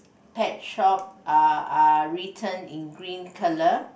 Pet shop are are written in green colour